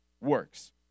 works